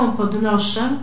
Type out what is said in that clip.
podnoszę